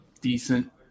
decent